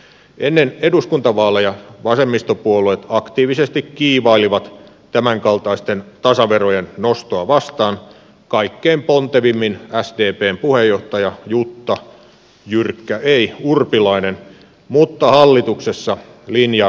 ennen eduskuntavaaleja vasemmistopuolueet aktiivisesti kiivailivat tämänkaltaisten tasaverojen nostoa vastaan kaikkein pontevimmin sdpn puheenjohtaja jutta jyrkkä ei urpilainen mutta hallituksessa linja on muuttunut